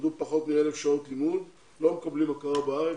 שלמדו פחות מ-1,000 שעות לימוד לא מקבלים הכרה בארץ,